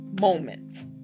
moments